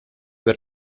per